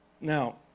Now